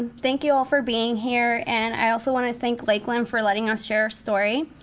thank you all for being here, and i also wanna thank lakeland for letting us share our story.